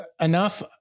enough